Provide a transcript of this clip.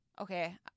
Okay